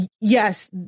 yes